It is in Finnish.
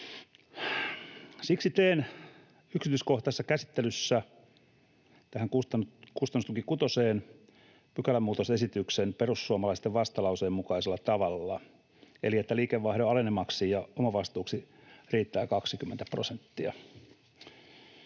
Siksi teen yksityiskohtaisessa käsittelyssä tähän kustannustuki kutoseen pykälämuutosesityksen perussuomalaisten vastalauseen mukaisella tavalla, eli että liikevaihdon alenemaksi ja omavastuuksi riittää 20 prosenttia.